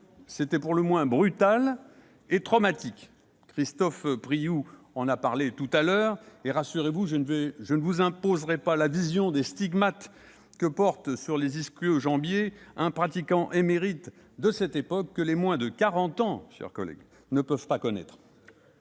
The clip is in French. C'était pour le moins brutal et traumatique- Christophe Priou a évoqué le sujet. Rassurez-vous, je ne vous imposerai pas la vision des stigmates que porte sur les ischio-jambiers un pratiquant émérite de cette époque que les moins de quarante ans ne peuvent pas connaître